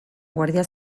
guardia